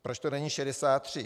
Proč to není 63?